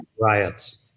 riots